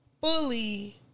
fully